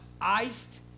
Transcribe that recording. iced